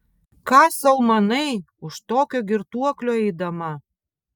ką sau manai už tokio girtuoklio eidama